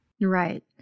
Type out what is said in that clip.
Right